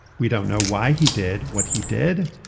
we don't know why he did what he did.